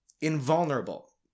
invulnerable